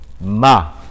ma